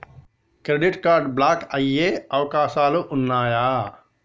Credit card block అయ్యే అవకాశాలు ఉన్నయా?